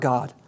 God